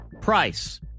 price